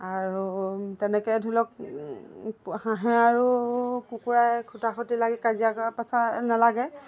আৰু তেনেকে ধৰি লওক হাঁহে আৰু কুকুৰাই খুটা খুটি লাগে কাজিয়া পেছাল নালাগে